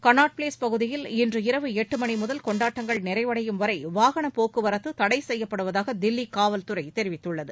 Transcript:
Connaught Place பகுதியில் இன்று இரவு எட்டு மணி முதல் கொண்டாட்டங்கள் நிறைவடையும்வரை வாகனப் போக்குவரத்து தடை செய்யப்படுவதாக தில்லி காவல்துறை தெரிவித்துள்ளது